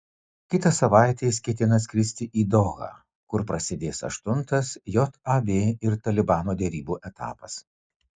kitą savaitę jis ketina skristi į dohą kur prasidės aštuntas jav ir talibano derybų etapas